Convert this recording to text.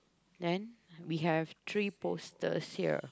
then we have three posters here